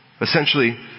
Essentially